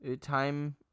time